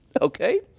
okay